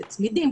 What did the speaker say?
זה צמידים,